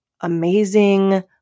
amazing